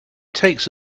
takes